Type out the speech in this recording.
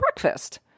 breakfast